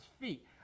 feet